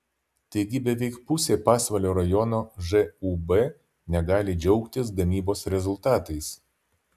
taigi beveik pusė pasvalio rajono žūb negali džiaugtis gamybos rezultatais